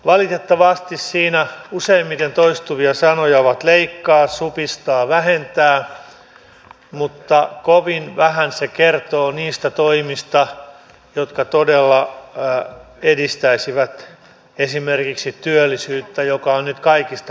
valitettavasti siinä useimmiten toistuvia sanoja ovat leikkaa supistaa vähentää mutta kovin vähän se kertoo niistä toimista jotka todella edistäisivät esimerkiksi työllisyyttä joka on nyt kaikista keskeisin tavoite